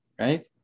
right